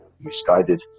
misguided